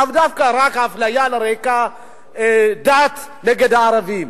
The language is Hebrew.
לאו דווקא רק האפליה על רקע דת נגד הערבים.